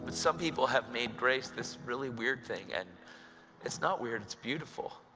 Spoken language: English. but some people have made grace this really weird thing and it's not weird it's beautiful.